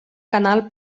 canal